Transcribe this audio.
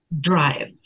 drive